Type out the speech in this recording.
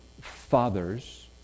fathers